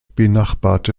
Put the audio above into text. benachbarte